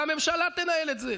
והממשלה תנהל את זה,